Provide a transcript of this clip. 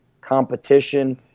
competition